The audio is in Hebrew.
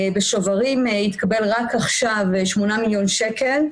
בשוברים התקבל רק עכשיו שמונה מיליון שקל.